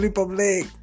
public